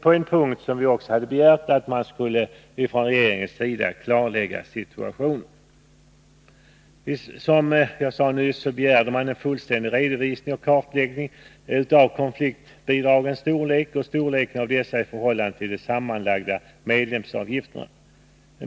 på en punkt där vi hade begärt att man från regeringens sida skulle klarlägga situationen. Som jag nyss sade begärde riksdagen av regeringen en fullständig redovisning och kartläggning av konfliktbidragens storlek och storleken av dessa i förhållande till de sammanlagda medlemsavgifterna.